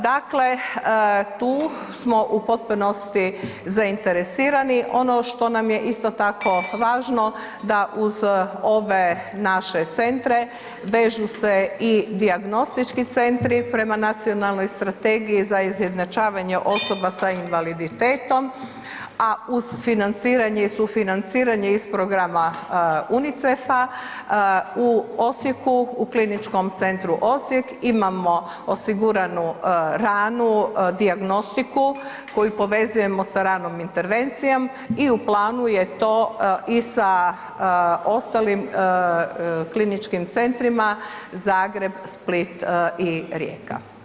Dakle, tu smo u potpunosti zainteresirani ono što nam je isto tako važno da uz ove naše centre vežu se i dijagnostički centri prema nacionalnoj strategiji za izjednačavanje osoba se invaliditetom, a uz financiranje i sufinanciranje iz programa UNICEF-a u Osijeku u Kliničkom centu Osijek imamo osiguranu ranu dijagnostiku koju povezujemo sa radnom intervencijom i u planu je to i sa ostalim kliničkim centrima Zagreb, Split i Rijeka.